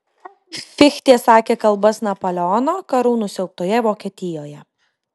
fichtė sakė kalbas napoleono karų nusiaubtoje vokietijoje